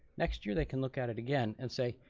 next year they can look at it again and say,